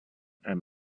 and